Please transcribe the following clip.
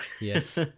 Yes